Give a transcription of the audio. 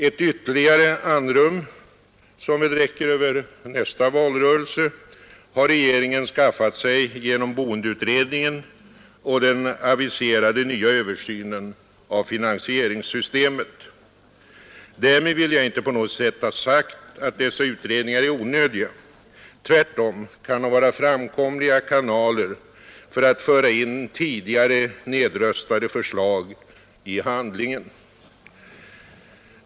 Ett ytterligare andrum, som väl räcker över nästa valrörelse, har regeringen skaffat sig genom boendeutredningen och den aviserade nya översynen av finansieringssystemet. Därmed vill jag inte på något sätt ha sagt att dessa utredningar är onödiga. Tvärtom kan de vara fram komliga kanaler för att föra in tidigare nedröstade förslag i handlingen.